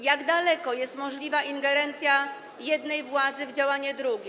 Jak daleko jest możliwa ingerencja jednej władzy w działanie drugiej?